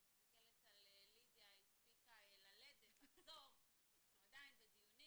אני מסתכלת על לידיה שהספיקה ללדת ולחזור ועדיין אנחנו בדיונים.